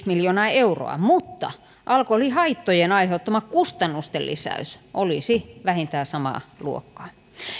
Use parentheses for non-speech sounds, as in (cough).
(unintelligible) miljoonaa euroa mutta alkoholihaittojen aiheuttama kustannusten lisäys olisi vähintään samaa luokkaa